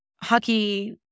hockey